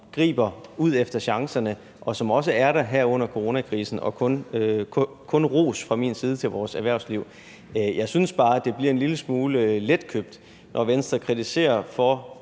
griber ud efter chancerne, og som også er der her under coronakrisen, og kun ros fra min side til vores erhvervsliv. Jeg synes bare, at det bliver en lille smule letkøbt, når Venstre kommer med